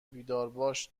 بیدارباش